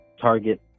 Target